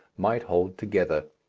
might hold together.